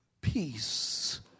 peace